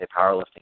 Powerlifting